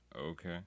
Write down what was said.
Okay